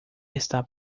está